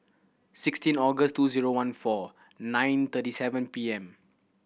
sixteen August two zero one four nine thirty seven P M